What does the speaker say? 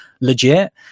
legit